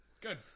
Good